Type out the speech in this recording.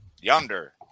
yonder